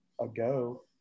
ago